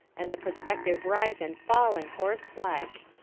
and the prospective rise and fall in horse-flesh.